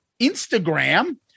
Instagram